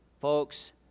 Folks